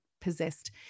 possessed